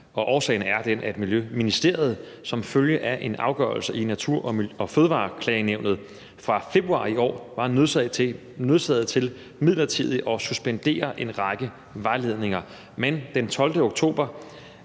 Årsagen er den, at Miljøministeriet som følge af en afgørelse i Miljø- og Fødevareklagenævnet fra februar i år var nødsaget til midlertidigt at suspendere en række vejledninger. Men den 12. oktober